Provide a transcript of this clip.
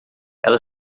ela